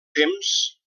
temps